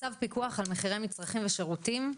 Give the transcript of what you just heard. צו פיקוח על מחירי מצרכים ושירותים,